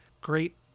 great